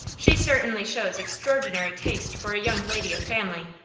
she certainly shows extraordinary taste for a young lady of family.